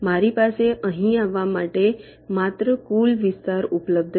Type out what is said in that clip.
મારી પાસે અહીં આવવા માટે માત્ર કુલ વિસ્તાર ઉપલબ્ધ છે